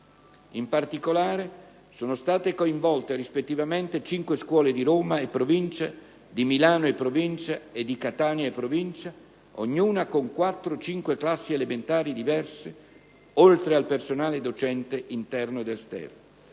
In particolare, sono state coinvolte rispettivamente cinque scuole di Roma e provincia, di Milano e provincia e di Catania e provincia, ognuna, con 4-5 classi elementari diverse, oltre al personale docente interno ed esterno.